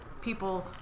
people